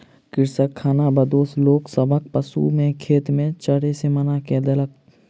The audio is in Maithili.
कृषक खानाबदोश लोक सभक पशु के खेत में चरै से मना कय देलक